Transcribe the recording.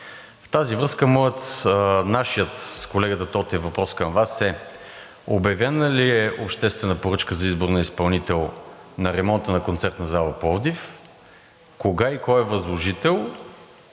В тази връзка нашият, с колегата Тотев, въпрос към Вас е: обявена ли е обществена поръчка за избор на изпълнител на ремонта на Концертна зала – Пловдив, кога и кой е възложител,